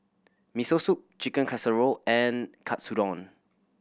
Miso Soup Chicken Casserole and Katsudon